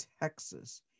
texas